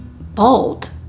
bold